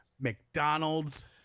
McDonald's